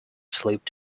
slipped